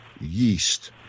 yeast